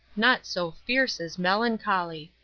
naught so fierce as melancholy.